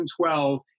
2012